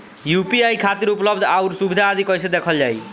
UPI खातिर उपलब्ध आउर सुविधा आदि कइसे देखल जाइ?